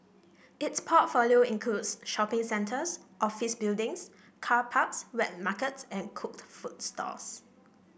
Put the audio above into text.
its portfolio includes shopping centres office buildings car parks wet markets and cooked food stalls